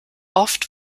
oft